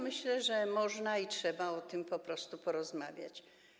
Myślę, że można i trzeba o tym po prostu porozmawiać.